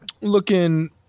looking